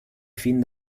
fin